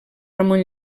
ramon